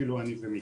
אפילו אני ומיקי.